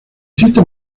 cierta